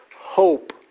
hope